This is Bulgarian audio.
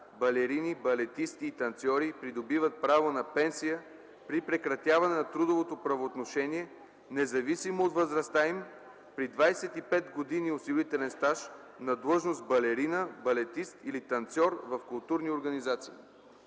Балерини, балетисти и танцьори придобиват право на пенсия при прекратяване на трудовото правоотношение, независимо от възрастта им, при 25 години осигурителен стаж на длъжност „балерина”, „балетист” или „танцьор” в културни организации.”